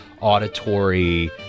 auditory